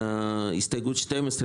הסתייגות 12,